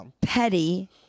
petty